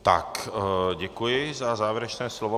Tak, děkuji za závěrečné slovo.